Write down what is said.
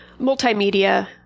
multimedia